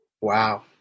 Wow